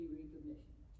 recommissioned